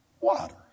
Water